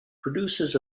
produces